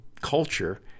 culture